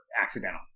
accidental